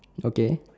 okay